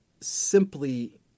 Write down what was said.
simply